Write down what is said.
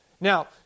Now